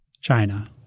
China